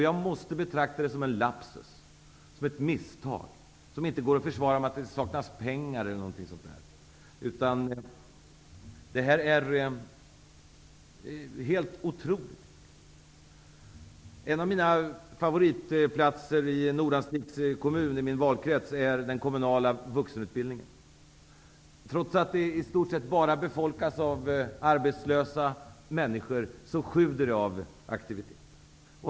Jag måste betrakta det här som en lapsus, ett misstag, som inte kan försvaras med att det saknas pengar osv. Det här är alltså helt otroligt. En av mina favoritplatser i Nordanstigs kommun i min valkrets är den kommunala vuxenutbildningen. Trots att Nordanstig i stort sett bara befolkas av arbetslösa människor sjuder platsen av aktivitet.